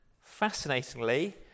Fascinatingly